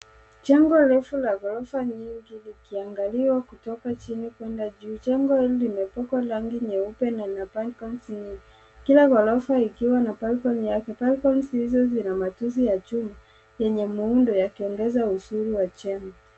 Jengo refu la ghorofa nyingi likiangaliwa kutoka chini kuenda juu. Jengo hili limepakwa rangi nyeupe na lina balconies nyingi kila ghorofa ikiwa na balcony yake. Balconies hizi ya malinzi chuma yenye muundo yakiongeza uzuri wa jengo.